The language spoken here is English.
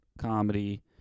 comedy